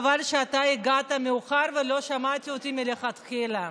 חבל שאתה הגעת מאוחר ולא שמעת אותי מההתחלה.